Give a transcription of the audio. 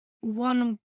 One